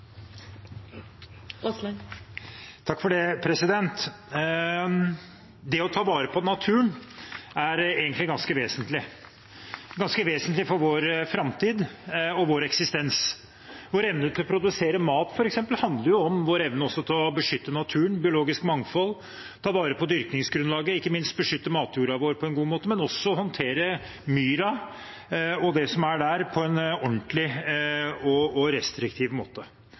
egentlig ganske vesentlig – ganske vesentlig for vår framtid og vår eksistens. Vår evne til å produsere mat, f.eks., handler om vår evne også til å beskytte naturen: biologisk mangfold, ta vare på dyrkingsgrunnlaget, ikke minst beskytte matjorda vår på en god måte og å håndtere myra og det som er der, på en ordentlig og restriktiv måte.